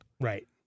Right